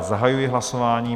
Zahajuji hlasování.